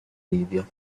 livio